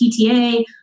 pta